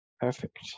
Perfect